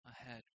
ahead